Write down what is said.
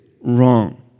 wrong